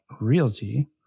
realty